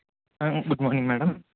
good morning madam